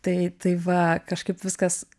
tai tai va kažkaip viskas